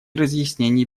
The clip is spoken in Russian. разъяснений